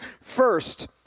First